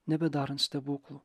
nebedarant stebuklų